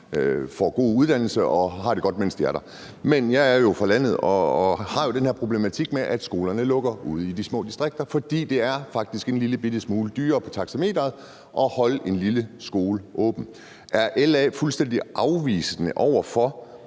får en god uddannelse og har det godt, mens de er der. Men jeg er jo fra landet og har den her problematik med, at skolerne lukker ude i de små landdistrikter, fordi det faktisk er en lille smule dyrere på taxameteret at holde en lille skole åben. Er LA fuldstændig afvisende over for,